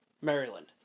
Maryland